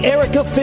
Erica